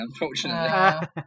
unfortunately